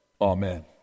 Amen